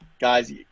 guys